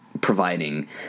providing